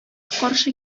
каршы